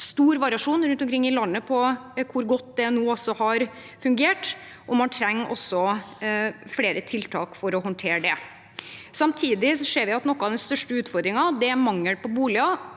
stor variasjon rundt omkring i landet på hvor godt det nå har fungert, og man trenger også flere tiltak for å håndtere det. Vi ser at en av de største utfordringene er mangel på boliger,